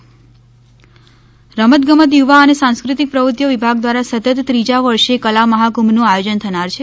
રમતગમત રમતગમત યુવા અને સાંસ્કૃતિક પ્રવૃતિઓ વિભાગ દ્વારા સતત ત્રીજા વર્ષે કલા મહાકુંભનુ આયોજન થનાર છે